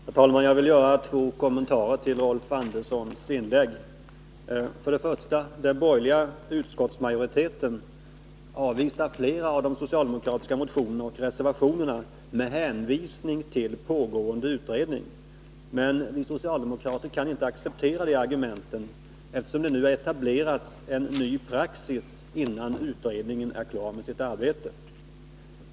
Herr talman! Jag vill göra två kommentarer till Rolf Anderssons inlägg. För det första: Den borgerliga utskottsmajoriteten avvisar flera av de socialdemokratiska motionerna med hänvisning till pågående utredning, men vi socialdemokrater kan inte acceptera det argumentet, eftersom det nu etablerats en ny praxis innan utredningen är klar med sitt arbete.